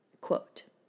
Quote